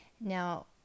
Now